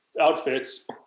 outfits